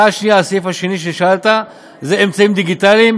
על הסעיף השני ששאלת, זה אמצעים דיגיטליים.